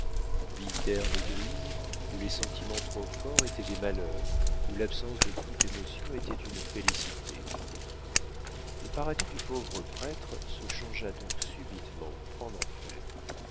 terne et grise où les sentiments trop forts étaient des malheurs où l'absence de toute émotion était une félicité le paradis du pauvre prêtre se changea donc subitement en enfer